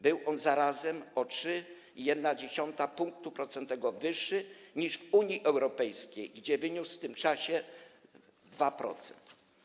Był on zarazem o 3,1 punktu procentowego wyższy niż w Unii Europejskiej, gdzie wyniósł w tym czasie 2%.